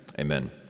Amen